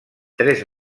tres